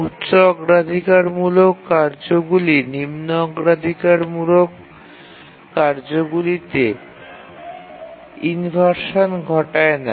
উচ্চ অগ্রাধিকারমূলক কার্যগুলি নিম্ন অগ্রাধিকারমূলক কার্যগুলিতে ইনভারশান ঘটায় না